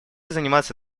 заниматься